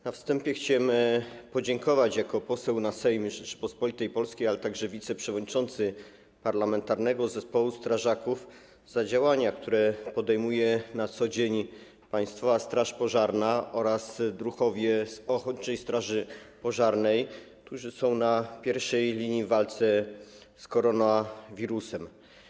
Na wstępie chciałbym podziękować jako poseł na Sejm Rzeczypospolitej Polskiej, ale także wiceprzewodniczący Parlamentarnego Zespołu Strażaków, za działania, które podejmują na co dzień Państwowa Straż Pożarna oraz druhowie z ochotniczej straży pożarnej, którzy są na pierwszej linii w walce z koronawirusem.